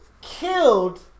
killed